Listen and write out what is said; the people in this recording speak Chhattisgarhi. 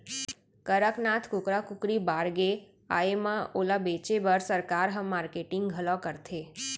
कड़कनाथ कुकरा कुकरी बाड़गे आए म ओला बेचे बर सरकार ह मारकेटिंग घलौ करथे